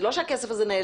זה לא שהכסף הזה נעלם.